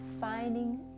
finding